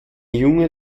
junge